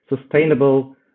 sustainable